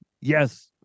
Yes